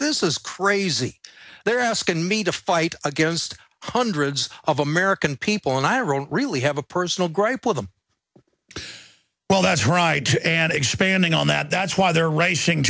this is crazy they're asking me to fight against hundreds of american people and i wrote really have a personal gripe with them well that's right and expanding on that that's why they're raising